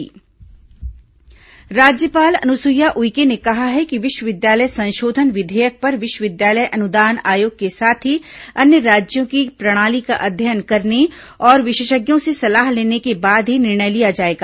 राज्यपाल बैठक राज्यपाल अनुसुईया उइके ने कहा है कि विश्वविद्यालय संशोधन विधेयक पर विश्वविद्यालय अनुदान आयोग के साथ ही अन्य राज्यों की प्रणाली का अध्ययन करने और विशेषज्ञों से सलाह लेने के बाद ही निर्णय लिया जाएगा